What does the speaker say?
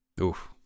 Oof